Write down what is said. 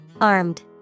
Armed